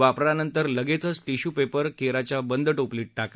वापरानंतर लगेचच टिश्यूपेपर केराच्या बंद टोपलीत टाका